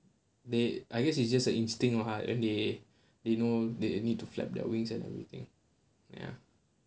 they I guess it's just a instinct lah and they they know they need to flap their wings and everything ya